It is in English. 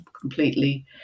completely